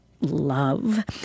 love